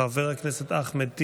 חבר הכנסת אחמד טיבי,